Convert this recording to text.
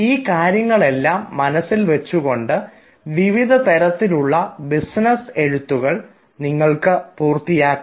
ഈ കാര്യങ്ങളെല്ലാം മനസ്സിൽ വച്ചുകൊണ്ട് വിവിധ തരത്തിലുള്ള ബിസിനസ് എഴുത്തുകൾ നിങ്ങൾക്ക് പൂർത്തിയാക്കാം